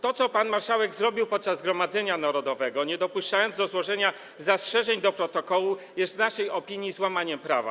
To co pan marszałek zrobił podczas Zgromadzenia Narodowego, nie dopuszczając do złożenia zastrzeżeń do protokołu, jest w naszej opinii złamaniem prawa.